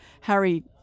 Harry